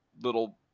little